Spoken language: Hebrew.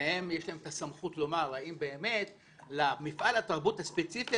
ולהם תהיה את הסמכות לומר האם באמת במפעל התרבות הספציפי